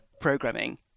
programming